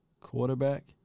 quarterback